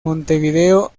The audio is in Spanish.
montevideo